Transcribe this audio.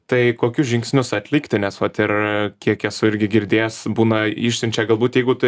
tai kokius žingsnius atlikti nes ot ir kiek esu irgi girdėjęs būna išsiunčia galbūt jeigu tu